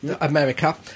America